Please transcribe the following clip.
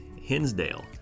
Hinsdale